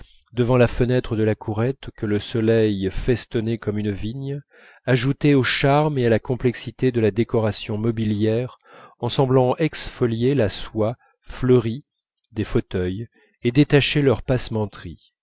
devant la fenêtre de la courette que le soleil festonnait comme une vigne ajoutaient au charme et à la complexité de la décoration mobilière en semblant exfolier la soie fleurie des fauteuils et détacher leur passementerie